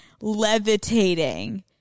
Levitating